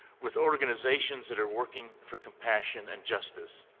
with organizations that are working for compassion and justice.